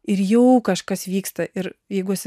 ir jau kažkas vyksta ir jeigu esi